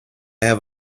have